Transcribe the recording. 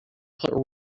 put